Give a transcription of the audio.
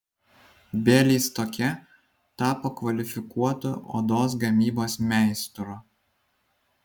bialystoke tapo kvalifikuotu odos gamybos meistru